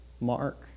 Mark